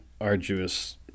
arduous